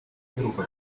uheruka